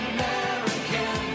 American